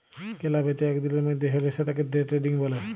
কেলা বেচা এক দিলের মধ্যে হ্যলে সেতাকে দে ট্রেডিং ব্যলে